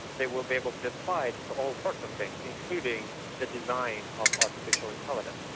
they will be able to apply it to all sorts of things including the design of artificial intelligence.